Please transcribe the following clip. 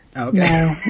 Okay